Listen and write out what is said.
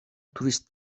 turist